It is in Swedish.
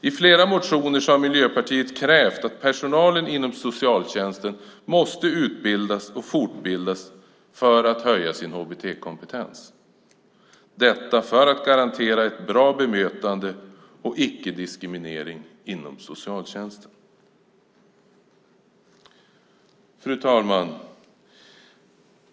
I flera motioner har Miljöpartiet krävt att personalen inom socialtjänsten måste utbildas och fortbildas för att höja sin HBT-kompetens och därigenom kunna garantera ett bra bemötande och icke-diskriminering inom socialtjänsten. Fru talman!